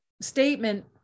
statement